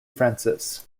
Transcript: francis